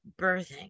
birthing